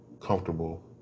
comfortable